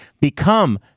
become